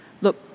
Look